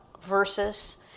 versus